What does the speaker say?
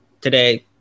today